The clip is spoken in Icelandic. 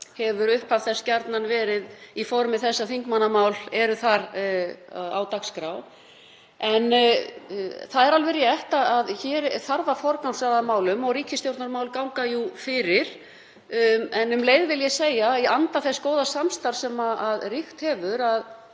hefur upphaf þess gjarnan verið í formi þess að þingmannamál eru þar á dagskrá. Það er alveg rétt að hér þarf að forgangsraða málum og ríkisstjórnarmál ganga jú fyrir. En um leið vil ég segja að í anda þess góða samstarfs sem ríkt hefur